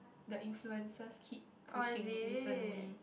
the influencers keep pushing it recently